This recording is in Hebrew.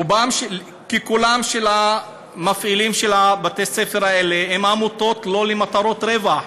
רובם ככולם של המפעילים של בתי-הספר האלה הם עמותות שלא למטרות רווח.